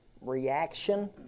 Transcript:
reaction